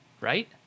right